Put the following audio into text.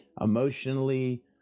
emotionally